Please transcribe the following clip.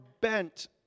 bent